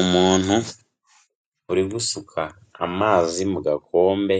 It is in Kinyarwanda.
Umuntu uri gusuka amazi mu gakombe,